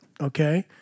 Okay